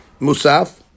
Musaf